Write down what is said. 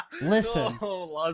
listen